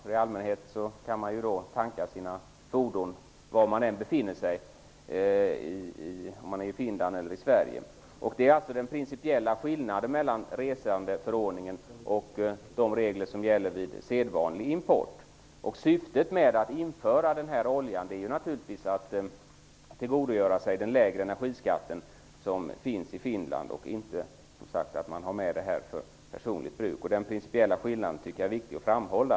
I allmänhet kan man tanka sina fordon var man än befinner sig, oavsett om man är i Finland eller i Sverige. Det är den principiella skillnaden mellan resandeförordningen och de regler som gäller vid sedvanlig import. Syftet med att införa olja är ju naturligtvis att tillgodogöra sig den lägre energiskatt som finns i Finland. Man har som sagt inte med sig oljan för personligt bruk. Den principiella skillnaden tycker jag är viktig att framhålla.